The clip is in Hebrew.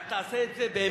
רק תעשה את זה באמת,